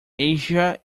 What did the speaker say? asia